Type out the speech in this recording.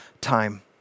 time